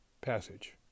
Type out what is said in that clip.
passage